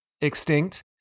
extinct